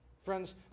Friends